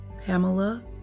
Pamela